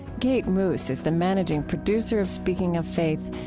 kate moos is the managing producer of speaking of faith.